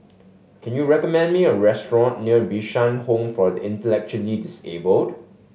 can you recommend me a restaurant near Bishan Home for the Intellectually Disabled